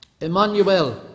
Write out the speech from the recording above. Emmanuel